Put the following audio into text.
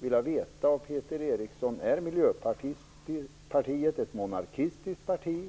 vilja veta: Är Miljöpartiet ett monarkisktiskt parti?